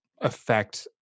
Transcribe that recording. affect